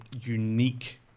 unique